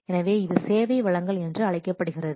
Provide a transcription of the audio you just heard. எனவே இது சேவை வழங்கல் என்று அழைக்கப்படுகிறது